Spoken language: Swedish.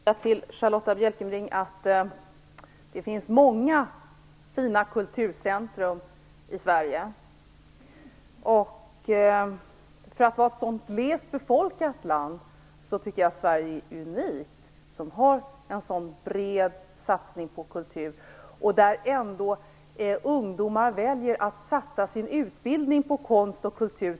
Herr talman! Jag vill bara säga till Charlotta L Bjälkebring att det finns många fina kulturcentrum i Sverige. För att vara ett så litet land tycker jag att Sverige är unikt som har en sådan bred satsning på kultur. Ungdomar väljer ju att satsa på utbildning i konst och kultur.